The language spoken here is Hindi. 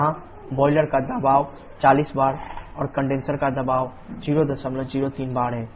यहां बॉयलर का दबाव 40 बार और कंडेनसर का दबाव 003 बार है